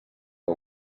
que